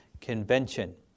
convention